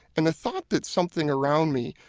and the thought that something around me,